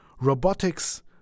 robotics